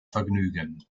vergnügen